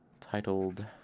titled